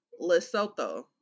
Lesotho